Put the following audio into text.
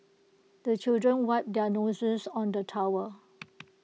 the children wipe their noses on the towel